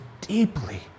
deeply